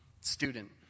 student